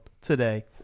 today